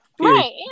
right